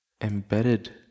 embedded